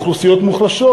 באוכלוסיות מוחלשות.